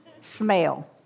smell